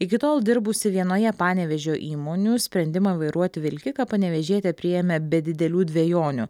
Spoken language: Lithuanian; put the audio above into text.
iki tol dirbusi vienoje panevėžio įmonių sprendimą vairuoti vilkiką panevėžietė priėmė be didelių dvejonių